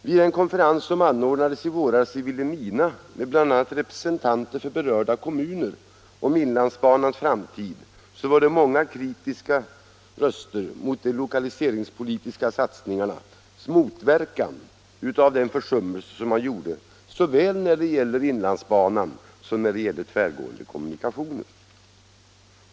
Vid en konferens om inlandsbanans framtid som ordnades i våras i Vilhelmina med representanter från bl.a. berörda kommuner hördes många kritiska röster om att de lokaliseringspolitiska satsningarna motverkades av försummelser i fråga om såväl inlandsbanan som tvärgående kommunikationer.